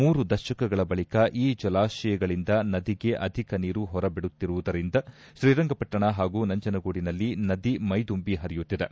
ಮೂರು ದಶಕಗಳ ಬಳಿಕ ಈ ಜಲಾಶಯಗಳಿಂದ ನದಿಗೆ ಅಧಿಕ ನೀರು ಹೊರ ಬಿಡುತ್ತಿರುವುದರಿಂದ ಶ್ರೀರಂಗಪಟ್ಟಣ ಹಾಗೂ ನಂಜನಗೂಡಿನಲ್ಲಿ ನದಿ ಮೈದುಂಬಿ ಹರಿಯುತ್ತಿವೆ